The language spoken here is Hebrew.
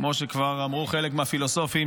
כמו שכבר אמרו חלק מהפילוסופים,